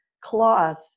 cloth